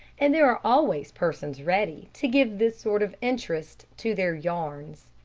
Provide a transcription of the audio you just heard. and there are always persons ready to give this sort of interest to their yarns.